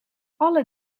alle